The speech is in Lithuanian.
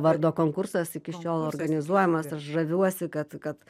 vardo konkursas iki šiol organizuojamas aš žaviuosi kad kad